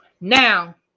Now